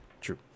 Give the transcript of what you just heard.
True